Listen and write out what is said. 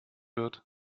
wird